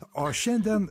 o šiandien